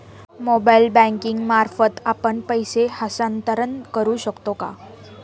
Mobile banking मार्फत आपण पैसे हस्तांतरण करू शकतो का?